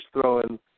throwing